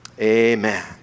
Amen